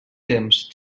temps